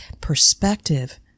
perspective